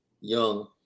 young